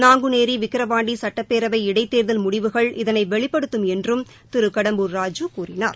நாங்குநேரி விக்ரவாண்டி சுட்டப்பேரவை இடைத்தேர்தல் முடிவுகள் இதனை வெளிப்படுத்தும் என்றும் திரு கடம்பூர் ராஜு கூறினார்